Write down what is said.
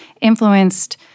influenced